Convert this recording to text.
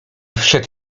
wszedł